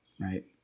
Right